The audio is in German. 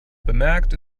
bemerkt